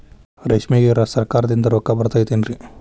ರೇಷ್ಮೆಗೆ ಸರಕಾರದಿಂದ ರೊಕ್ಕ ಬರತೈತೇನ್ರಿ?